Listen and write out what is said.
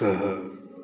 तऽ